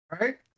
Right